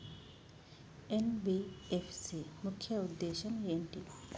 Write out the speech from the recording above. NBFC ముఖ్య ఉద్దేశం ఏంటి?